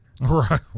Right